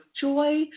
joy